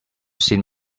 seen